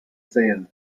sand